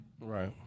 Right